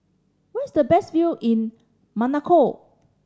where is the best view in Monaco